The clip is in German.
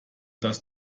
dass